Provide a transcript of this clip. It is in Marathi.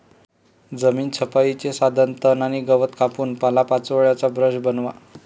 जमीन छपाईचे साधन तण आणि गवत कापून पालापाचोळ्याचा ब्रश बनवा